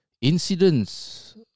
incidents